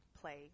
play